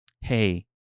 hey